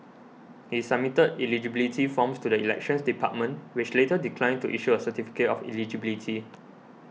he submitted eligibility forms to the Elections Department which later declined to issue a certificate of eligibility